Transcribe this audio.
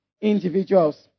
individuals